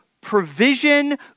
provision